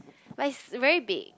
but it's very big